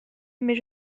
mais